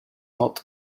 not